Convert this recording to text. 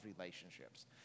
relationships